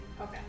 Okay